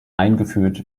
eingeführt